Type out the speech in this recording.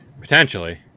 Potentially